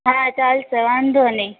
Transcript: હા ચાલશે વાંધો નહીં